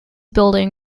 building